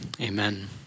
amen